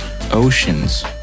oceans